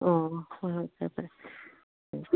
ꯑꯥ ꯍꯣꯏ ꯍꯣꯏ ꯐꯔꯦ ꯐꯔꯦ